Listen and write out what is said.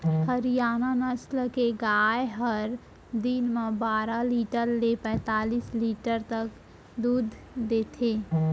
हरियाना नसल के गाय हर दिन म बारा लीटर ले पैतालिस लीटर तक दूद देथे